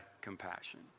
compassion